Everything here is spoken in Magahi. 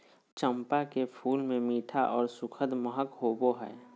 चंपा के फूल मे मीठा आर सुखद महक होवो हय